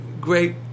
Great